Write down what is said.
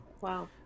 Wow